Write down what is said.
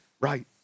right